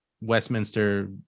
Westminster